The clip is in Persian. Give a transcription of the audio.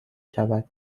شود